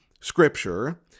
scripture